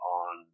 on